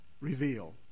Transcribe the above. reveal